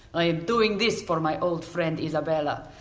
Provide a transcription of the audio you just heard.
i am doing this for my old friend isabella.